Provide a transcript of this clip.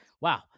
wow